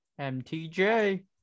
MTJ